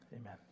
amen